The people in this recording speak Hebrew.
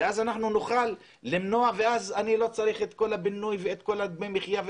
אז אנחנו נוכל למנוע ואני לא צריך את כל הבינוי וכל דמי המחיה.